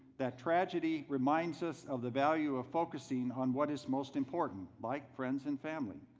that tragedy reminds us of the value of focusing on what is most important, like friends and family.